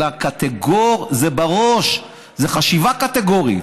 אלא שקטגור זה בראש, זאת חשיבה קטגורית.